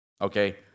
Okay